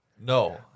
No